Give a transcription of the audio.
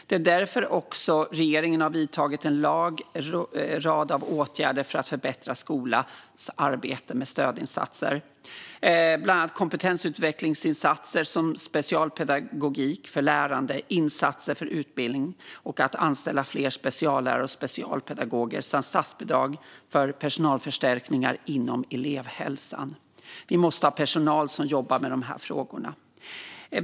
Det är därför regeringen har vidtagit en rad åtgärder för att förbättra skolans arbete med stödinsatser, bland annat kompetensutvecklingsinsatser som specialpedagogik för lärande, insatser för utbildning, att anställa fler speciallärare och specialpedagoger samt statsbidrag för personalförstärkningar inom elevhälsan. Vi måste ha personal som jobbar med de här frågorna.